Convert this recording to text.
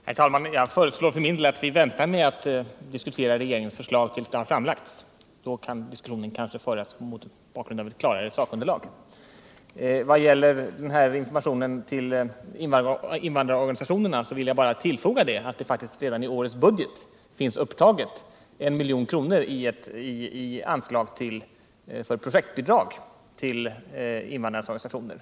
Herr talman! Jag föreslår för min del att vi väntar med att diskutera regeringens förslag tills det har framlagts. Då kan diskussionen kanske föras mot bakgrund av ett klarare sakunderlag. Vad gäller informationen till invandrarna vill jag bara tillfoga att det faktiskt i årets budget finns upptaget ett anslag på 1 milj.kr. för projektbidrag liksom anslag till invandrarnas organisationer.